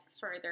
further